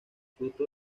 fruto